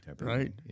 right